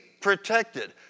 protected